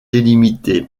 délimité